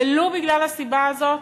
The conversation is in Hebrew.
ולו בגלל הסיבה הזאת,